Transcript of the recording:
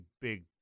big –